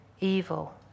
evil